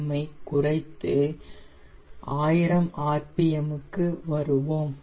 M ஐ குறைத்து 1000 RPM க்கு வருவோம்